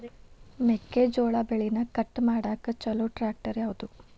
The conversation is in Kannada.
ಮೆಕ್ಕೆ ಜೋಳ ಬೆಳಿನ ಕಟ್ ಮಾಡಾಕ್ ಛಲೋ ಟ್ರ್ಯಾಕ್ಟರ್ ಯಾವ್ದು?